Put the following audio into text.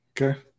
Okay